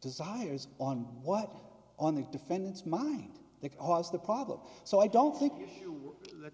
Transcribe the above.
desires on what on the defendant's mind that caused the problem so i don't think the